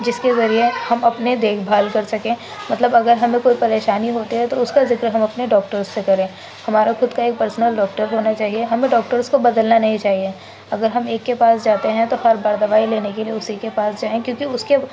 جس کے ذریعے ہم اپنے دیکھ بھال کر سکیں مطلب اگر ہمیں کوئی پریشانی ہوتی ہے تو اس کا ذکر ہم اپنے ڈاکٹرز سے کریں ہمارا خود کا ایک پرنسل ڈاکٹر ہونا چاہیے ہمیں ڈاکٹرس کو بدلنا نہیں چاہیے اگر ہم ایک کے پاس جاتے ہیں تو ہر بار دوائی لینے کے لیے اسی کے پاس جائیں کیونکہ اس کے